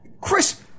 Chris